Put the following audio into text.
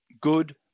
good